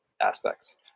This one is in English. aspects